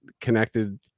connected